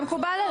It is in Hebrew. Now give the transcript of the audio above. מקסימום,